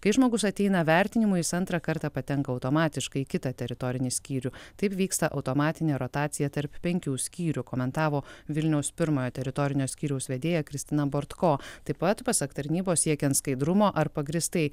kai žmogus ateina vertinimui jis antrą kartą patenka automatiškai į kitą teritorinį skyrių taip vyksta automatinė rotacija tarp penkių skyrių komentavo vilniaus pirmojo teritorinio skyriaus vedėja kristina bortko taip pat pasak tarnybos siekiant skaidrumo ar pagrįstai